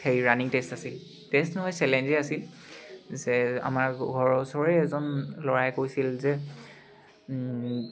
হেৰি running test আছিল test নহয় চেলেঞ্জেই আছিল যে আমাৰ ঘৰৰ ওচৰৰে এজন ল'ৰাই কৈছিল যে